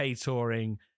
touring